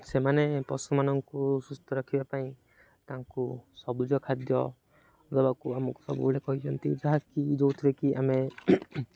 ସେମାନେ ପଶୁମାନଙ୍କୁ ସୁସ୍ଥ ରଖିବା ପାଇଁ ତାଙ୍କୁ ସବୁଜ ଖାଦ୍ୟ ଦେବାକୁ ଆମକୁ ସବୁବେଳେ କହିଛନ୍ତି ଯାହାକି ଯେଉଁଥିରେ କିି ଆମେ